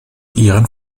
ihren